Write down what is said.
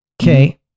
Okay